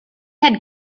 had